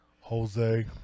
Jose